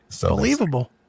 believable